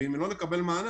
אבל אם לא נקבל מענה,